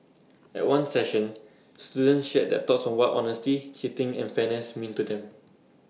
at one session students shared their thoughts on what honesty cheating and fairness mean to them